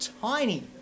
tiny